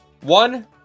one